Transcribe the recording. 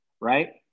right